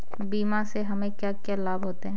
बीमा से हमे क्या क्या लाभ होते हैं?